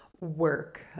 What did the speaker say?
work